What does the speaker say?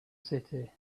city